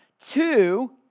Two